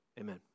amen